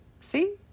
See